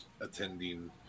attending